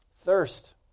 thirst